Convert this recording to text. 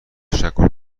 تشکر